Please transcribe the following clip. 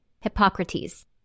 Hippocrates